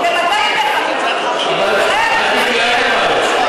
אם באמת רוצים לפתור את הבעיה של המסכנים